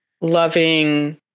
loving